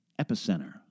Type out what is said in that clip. epicenter